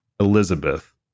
elizabeth